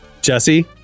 Jesse